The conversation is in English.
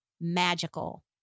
magical